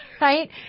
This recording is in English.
right